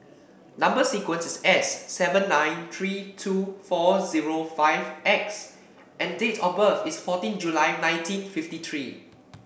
number sequence is S seven nine three two four zero five X and date of birth is fourteen July nineteen fifty three